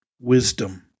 wisdom